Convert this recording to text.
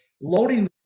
loading